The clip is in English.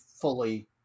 fully